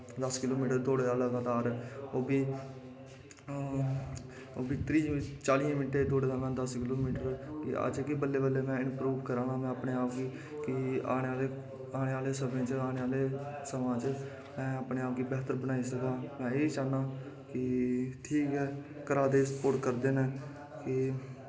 दस kilometre में दौड़े दा लगातार ओह् बी ओह् बी त्रीहें चालियें मिंटें च दौड़े दा में दस किलो मीटर अज्जें कि में बल्लें बल्लें इंप्रूब कराना अपने आप गी केह् औने आह्ले समें च में अपने आप गी बेह्तर बनाई सकां में एह् चाह्नां कि घर आह्ले स्पोर्ट करदे न कि